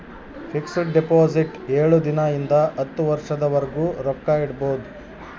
fix deposit ಏಳು ದಿನ ಇಂದ ಹತ್ತು ವರ್ಷದ ವರ್ಗು ರೊಕ್ಕ ಇಡ್ಬೊದು